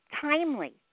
Timely